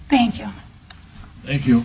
thank you if you